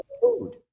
food